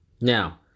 Now